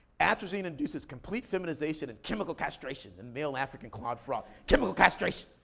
atrazine induces complete feminization and chemical castration in male african clawed frog. chemical castration!